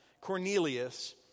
Cornelius